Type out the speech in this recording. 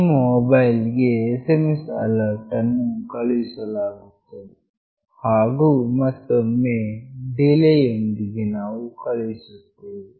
ನಿಮ್ಮ ಮೊಬೈಲ್ ಗೆ SMS alert ಅನ್ನು ಕಳುಹಿಸಲಾಗುತ್ತದೆ ಹಾಗು ಮತ್ತೊಮ್ಮೆ ಡಿಲೇಯೊಂದಿಗೆ ನಾವು ಕಳುಹಿಸುತ್ತೇವೆ